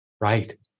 Right